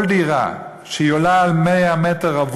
כל דירה שעולה על 100 מ"ר,